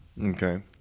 Okay